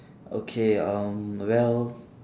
okay um well